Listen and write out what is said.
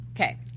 okay